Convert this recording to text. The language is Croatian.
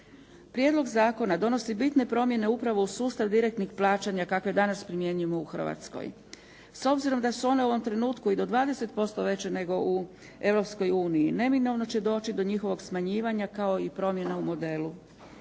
Prijedlog zakona donosi bitne promjene upravo u sustav direktnih plaćanja kakve danas primjenjujemo u Hrvatskoj. S obzirom da su one u ovom trenutku i do 20% veće nego u Europskoj uniji neminovno će doći do njihovog smanjivanja kao i promjena u modelu.